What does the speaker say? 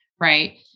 Right